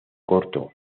corto